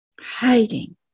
hiding